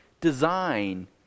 design